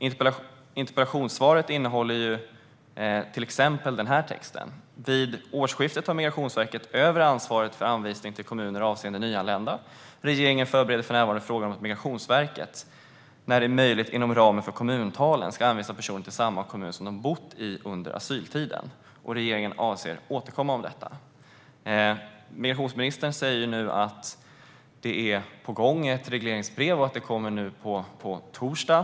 Interpellationssvaret innehåller till exempel denna text: "Vid årsskiftet tar Migrationsverket över ansvaret för anvisning till kommuner avseende nyanlända. Regeringen bereder för närvarande frågan om att Migrationsverket, när det är möjligt inom ramen för kommuntalen, ska anvisa personer till samma kommun som de bott i under asyltiden. Regeringen avser att återkomma om detta." Migrationsministern säger att ett regleringsbrev kommer på torsdag.